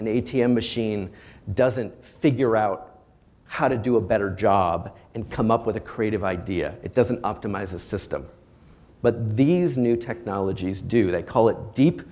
an a t m machine doesn't figure out how to do a better job and come up with a creative idea it doesn't optimize the system but these new technologies do they call it deep